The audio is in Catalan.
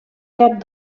cap